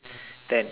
ten